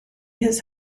has